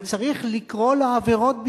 אבל צריך לקרוא לעבירות בשמן,